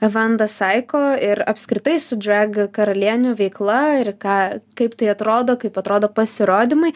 vanda saiko ir apskritai su drag karalienių veikla ir ką kaip tai atrodo kaip atrodo pasirodymai